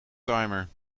timer